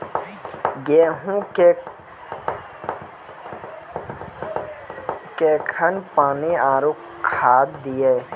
गेहूँ मे कखेन पानी आरु खाद दिये?